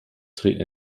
treten